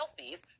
selfies